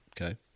okay